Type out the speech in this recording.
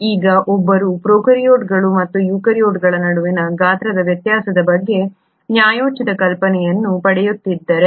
ಈಗ ಒಬ್ಬರು ಪ್ರೊಕಾರ್ಯೋಟ್ಗಳು ಮತ್ತು ಯೂಕ್ಯಾರಿಯೋಟ್ಗಳ ನಡುವಿನ ಗಾತ್ರದ ವ್ಯತ್ಯಾಸದ ಬಗ್ಗೆ ನ್ಯಾಯೋಚಿತ ಕಲ್ಪನೆಯನ್ನು ಪಡೆಯುತ್ತಿದ್ದರೆ